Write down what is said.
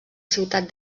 ciutat